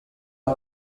was